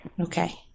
Okay